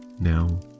Now